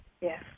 Yes